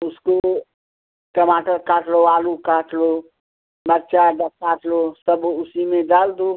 उसको टमाटर काट लो आलू काट लो मिर्चा अदरक काट लो सब उसी में डाल दो